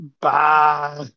Bye